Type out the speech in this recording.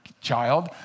child